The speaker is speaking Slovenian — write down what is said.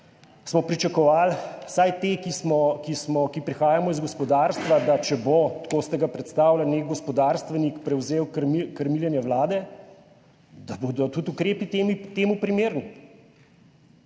smo pričakovali, vsaj te, ki prihajamo iz gospodarstva, da če bo, tako ste ga predstavili, nek gospodarstvenik prevzel krmiljenje vlade, da bodo tudi ukrepi temu primerni,